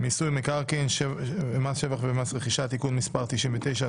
מיסוי מקרקעין (שבח ורכישה) (תיקון מס' 99),